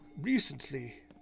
Recently